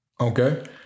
Okay